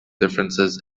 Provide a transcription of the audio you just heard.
differences